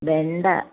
വെണ്ടക്ക